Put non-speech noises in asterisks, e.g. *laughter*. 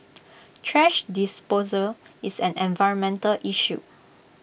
*noise* thrash disposal is an environmental issue